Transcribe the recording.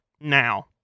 Now